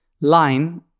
line